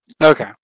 Okay